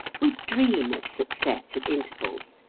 we dream of success at intervals,